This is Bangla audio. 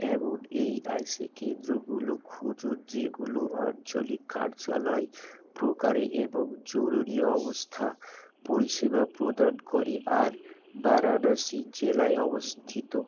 এমন এইআইসি কেন্দ্রগুলো খুঁজুন যেগুলো আঞ্চলিক কার্যালয় প্রকারে এবং জরুরী অবস্থা পরিষেবা প্রদান করে আর বারাণসী জেলায় অবস্থিত